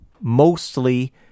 mostly